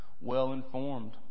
well-informed